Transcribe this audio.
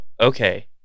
okay